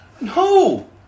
no